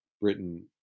Britain